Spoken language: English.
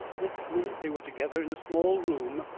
next minute they were together in a small room,